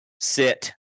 sit